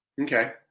Okay